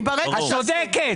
את צודקת